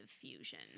fusion